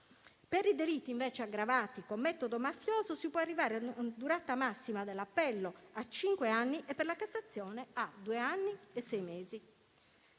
Per i delitti aggravati con metodo mafioso si può arrivare a una durata massima dell'appello a cinque anni e per la Cassazione a due anni e sei mesi.